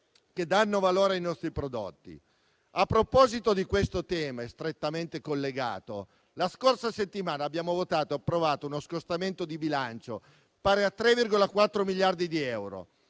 che danno valore ai nostri prodotti. A proposito di questo tema, cui è strettamente collegato, la scorsa settimana abbiamo approvato uno scostamento di bilancio pari a 3,4 miliardi di euro,